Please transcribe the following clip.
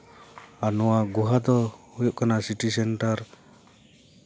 ᱟᱨ ᱱᱚᱣᱟ ᱜᱩᱦᱟ ᱫᱚ ᱦᱩᱭᱩᱜ ᱠᱟᱱᱟ ᱥᱤᱴᱤ ᱥᱮᱱᱴᱟᱨ